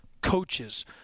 coaches